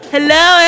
Hello